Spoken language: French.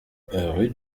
rue